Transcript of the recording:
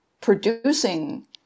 producing